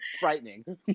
Frightening